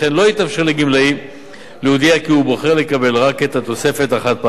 לא יתאפשר לגמלאי להודיע כי הוא בוחר לקבל רק את התוספת החד-פעמית.